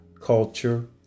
culture